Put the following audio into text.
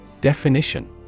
Definition